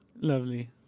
Lovely